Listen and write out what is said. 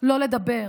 לא לדבר